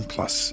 Plus